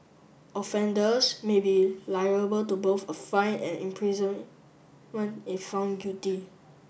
offenders may be liable to both a fine and imprisonment if found guilty